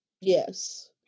Yes